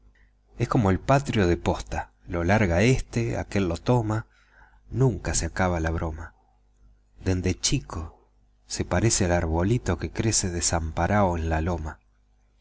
es como el patrio de posta lo larga éste aquél lo toma nunca se acaba la broma dende chico se parece al arbolito que crece desamparao en la loma